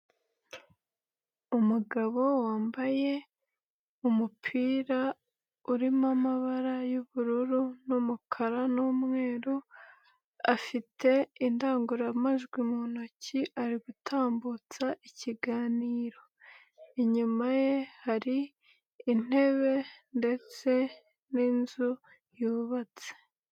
Umugabo wambaye umupira urimo amabara y'ubururu n'umukara n'umweru, afite indangururamajwi mu ntoki ari gutambutsa ikiganiro, inyuma ye hari intebe ndetse n'inzu yubatse.